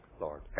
Lord